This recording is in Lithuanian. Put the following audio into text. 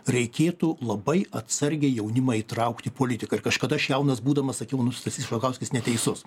reikėtų labai atsargiai jaunimą įtraukt į politiką ir kažkada aš jaunas būdamas sakiau nu stasys šalkauskis neteisus